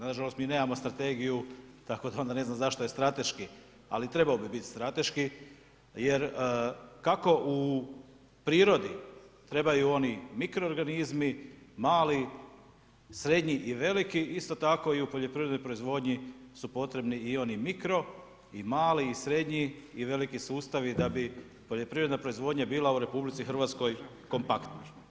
Nažalost, mi nemamo strategiju tako da ne znam zašto je strateški, ali trebao bi biti strateški jer kako u prirodi trebaju oni mikroorganizmi mali, srednji i veliki, isto tako i u poljoprivrednoj proizvodnji su potrebni oni mikro i mali i srednji i veliki sustavi da bi poljoprivredna proizvodnja bila u RH kompaktna.